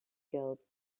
guild